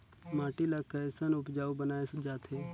माटी ला कैसन उपजाऊ बनाय जाथे?